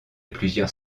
plusieurs